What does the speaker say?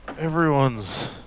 Everyone's